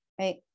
right